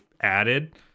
added